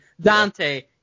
Dante